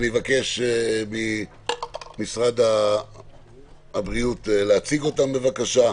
אני מבקש ממשרד הבריאות להציג אותן, בבקשה.